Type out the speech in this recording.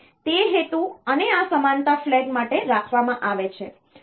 તેથી તે હેતુ અને આ સમાનતા ફ્લેગ માટે રાખવામાં આવે છે